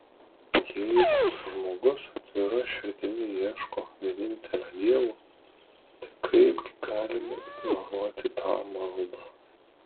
jeigu žmogus atvira širdimi ieško vienintelio dievo tai kaipgi galime ignoruoti tą maldą